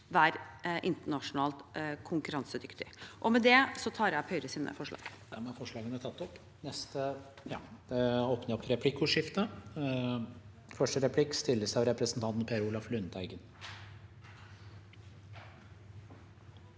være internasjonalt konkurransedyktig. Med det tar jeg opp Høyres forslag.